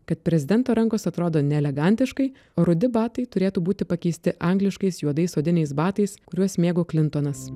kad prezidento rankos atrodo neelegantiškai rudi batai turėtų būti pakeisti angliškais juodais odiniais batais kuriuos mėgo klintonas